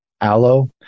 aloe